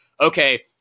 okay